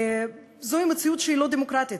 זו מציאות שהיא לא דמוקרטית.